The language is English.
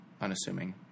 Unassuming